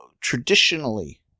traditionally